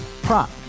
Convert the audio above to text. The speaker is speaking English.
Prop